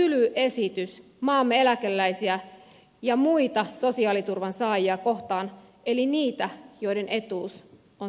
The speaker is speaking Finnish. se on tyly esitys maamme eläkeläisiä ja muita sosiaaliturvan saajia kohtaan eli niitä joiden etuus on sidottu indeksiin